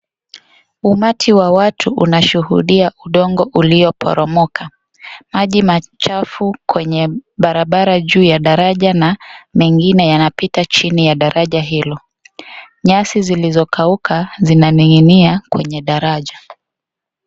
Umati wa watu unashuhudia udongo ulio poromoka maji machafu kwenye barabara juu ya daraja na mengine yanapita chini ya daraja hilo. Nyasi zilizo kauka zinaninginia kwenye daraja.